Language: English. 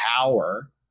power